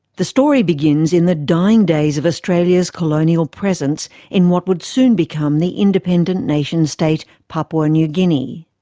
the story begins in the dying days of australia's colonial presence in what would soon become the independent nation state papua new guinea.